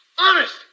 Honest